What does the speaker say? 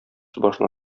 башына